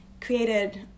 created